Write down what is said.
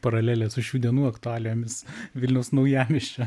paralelė su šių dienų aktualijomis vilniaus naujamiesčio